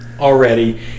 Already